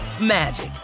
magic